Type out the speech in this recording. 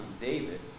David